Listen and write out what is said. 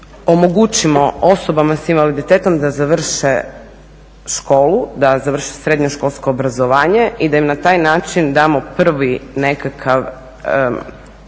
omogućimo osobama s invaliditetom da završe školu, da završe srednjoškolsko obrazovanje i da im na taj način damo prvu nekakvu